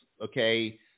okay